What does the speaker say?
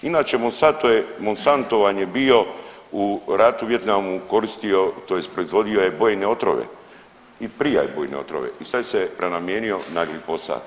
Inače Monsanto vam je bio u ratu u Vijetnamu i koristio tj. proizvodio je bojne otrove i prije … bojne otrove i sad se prenamijenio na glifosat.